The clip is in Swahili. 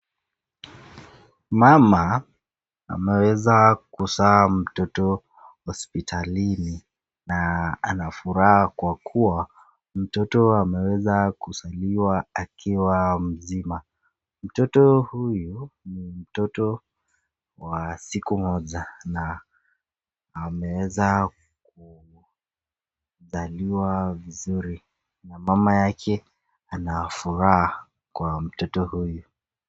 Mama ameweza kuzaa mtoto hospitalini, na ana furaha kwa kuwa mtoto ameweza kuzaliwa akiwa mzima. Mtoto huyu ni mtoto wa siku moja na ameweza kuzaliwa vizuri, na mama yake ana furaha kwa mtoto huyu.